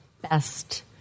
best